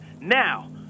now